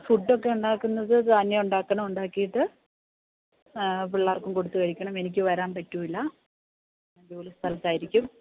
ആ ഫുഡൊക്കെ ഉണ്ടാക്കുന്നത് ജാനി ഉണ്ടാക്കുന്നത് ഉണ്ടാക്കിയിട്ട് പിള്ളാർക്കും കൊടുത്ത് കഴിക്കണം എനിക്കു വരാൻ പറ്റില്ല ഞാൻ ജോലിസ്ഥലത്തായിരിക്കും